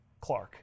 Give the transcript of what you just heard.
Clark